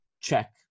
check